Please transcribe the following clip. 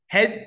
Head